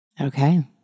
okay